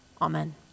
Amen